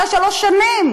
אחרי שלוש שנים,